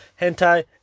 hentai